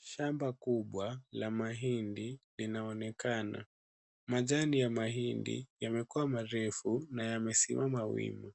Shamba kubwa la mahindi linaonekana. Majani ya mahindi yamekuwa marefu na yamesimama wima.